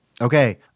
Okay